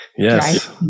Yes